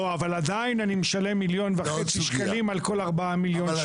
אל תעביר לי את הסמכויות בלי הקרקעות.